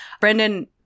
Brendan